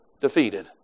defeated